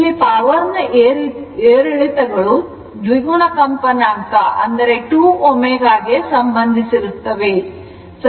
ಇಲ್ಲಿ ಪವರ್ ನ ಏರಿಳಿತಗಳು ದ್ವಿಗುಣ ಕಂಪನಾಂಕ 2 ω ಗೆ ಸಂಬಂಧಿಸಿರುತ್ತವೆ